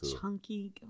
chunky